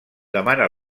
demana